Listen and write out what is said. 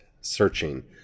searching